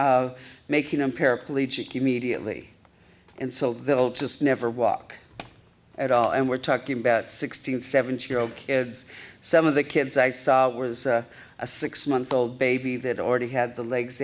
to making them paraplegic immediately and so they'll just never walk at all and we're talking about sixteen seventeen year old kids some of the kids i saw were a six month old baby that already had the legs